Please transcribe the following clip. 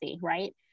right